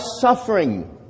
suffering